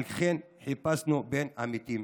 ועל כן חיפשו בין המתים.